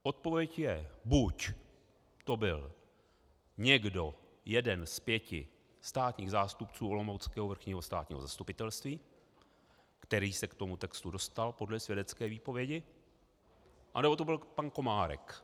Odpověď je: Buď to byl jeden z pěti státních zástupců olomouckého Vrchního státního zastupitelství, který se k tomu textu dostal podle svědecké výpovědi, anebo to byl pan Komárek.